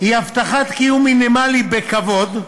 היא הבטחת קיום מינימלי בכבוד,